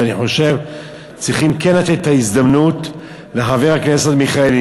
ואני חושב שצריכים לתת את ההזדמנות לחבר הכנסת מיכאלי,